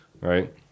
Right